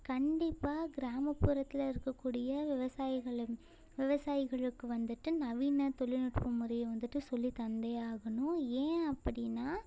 கண்டிப்பாக கிராமப்புறத்தில் இருக்கக்கூடிய விவசாயிகளும் விவசாயிகளுக்கு வந்துட்டு நவீன தொழில்நுட்பம் முறையை வந்துட்டு சொல்லித்தந்தே ஆகணும் ஏன் அப்படினா